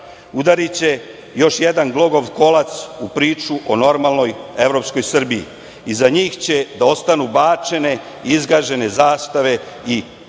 udariće još jedan glogov kolac u priču o normalnoj evropskoj Srbiji. Iza njih će da ostanu bačene, izgažene zastave i